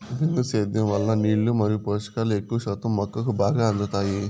బిందు సేద్యం వలన నీళ్ళు మరియు పోషకాలు ఎక్కువ శాతం మొక్కకు బాగా అందుతాయి